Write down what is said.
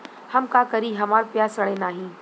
हम का करी हमार प्याज सड़ें नाही?